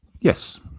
Yes